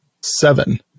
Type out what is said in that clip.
seven